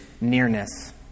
nearness